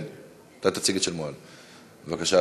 בבקשה,